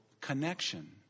connection